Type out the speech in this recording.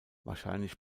wahrscheinlich